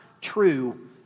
true